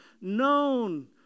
known